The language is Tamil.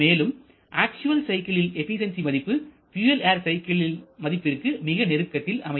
மேலும் அக்சுவல் சைக்கிளில் எபிசென்சி மதிப்பு பியூயல் ஏர் சைக்கிளில் மதிப்பிற்கு மிக நெருக்கத்தில் அமையும்